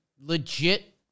legit –